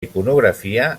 iconografia